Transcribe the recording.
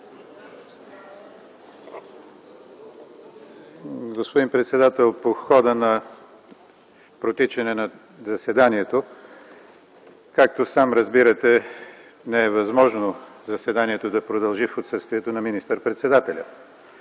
Господин председател, по хода на протичане на заседанието. Както сам разбирате, не е възможно заседанието да продължи в отсъствието на министър-председателя.